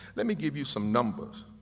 let me give you some numbers.